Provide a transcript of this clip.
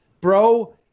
bro